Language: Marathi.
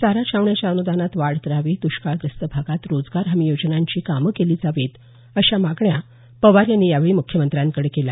चारा छावण्याच्या अनुदानात वाढ करावी दष्काळग्रस्त भागात रोजगार हमी योजनांची कामं केली जावीत अशा मागण्या पवार यांनी यावेळी मुख्यमंत्र्यांकडे केल्या